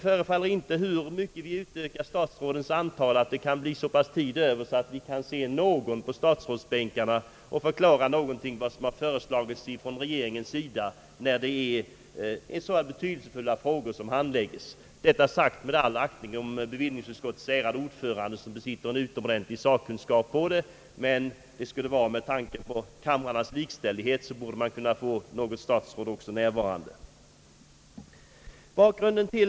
Men hur mycket vi än ökar statsrådens antal förefaller det inte bli så mycket tid över för dem att vi kan få se någon av dem på bänkarna här och höra dem förklara någonting av vad regeringen föreslagit när det gäller så betydelsefulla frågor som här handläggs. Detta sagt med all aktning för bevillningsutskottets ärade ordförande, som besitter en utomordentlig sakkunskap, men med tanke på kamrarnas likställighet borde det också vara något statsråd närvarande.